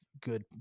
good